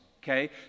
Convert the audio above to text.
Okay